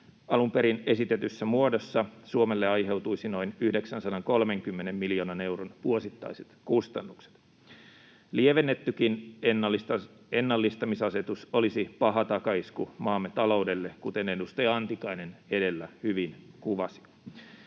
alun perin esitetyssä muodossa Suomelle aiheutuisi noin 930 miljoonan euron vuosittaiset kustannukset. Lievennettykin ennallistamisasetus olisi paha takaisku maamme taloudelle, kuten edustaja Antikainen edellä hyvin kuvasi.